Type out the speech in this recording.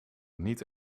niet